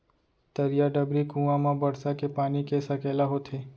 तरिया, डबरी, कुँआ म बरसा के पानी के सकेला होथे